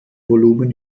volumen